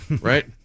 right